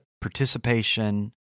participation